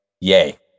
yay